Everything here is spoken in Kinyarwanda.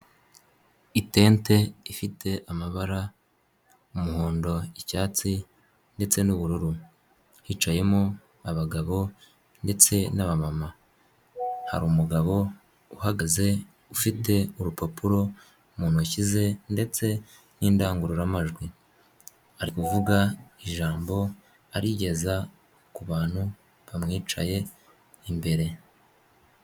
Itente ifite amabara: umuhondo, icyatsi ndetse n'ubururu. Hicayemo abagabo ndetse n'aba mama. Hari umugabo uhagaze ufite urupapuro mu ntoki ze ndetse n'indangururamajwi. Ari kuvuga ijambo arigeza ku bantu bamwicaye imbere.